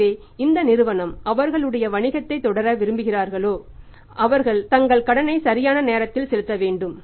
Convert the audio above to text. எனவே எந்த நிறுவனம் அவர்களுடைய வணிகத்தைத் தொடர விரும்புகிறார்களோ அவர்கள் தங்கள் கடனை சரியான நேரத்தில் செலுத்த வேண்டும்